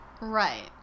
Right